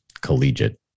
Collegiate